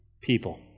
people